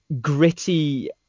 gritty